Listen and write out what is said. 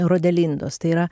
rodelindos tai yra